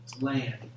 land